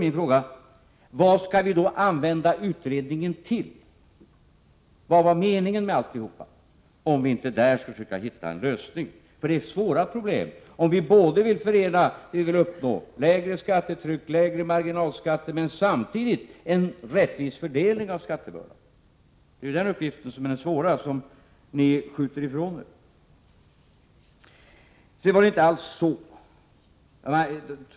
Min fråga är: Vad skall vi använda utredningen till — vad var meningen med alltihop, om vi inte där skall försöka hitta en lösning? Det är svåra problem att lösa, om vi vill förena det vi försöker uppnå, lägre skattetryck och lägre marginalskatter, med en rättvis fördelning av skattebördan. Det är den uppgiften som är svår och som ni skjuter ifrån er.